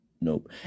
Nope